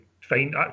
fine